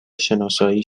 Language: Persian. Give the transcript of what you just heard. شناسایی